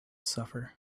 suffer